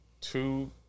two